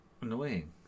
Annoying